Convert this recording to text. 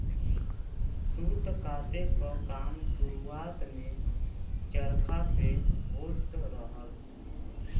सूत काते क काम शुरुआत में चरखा से होत रहल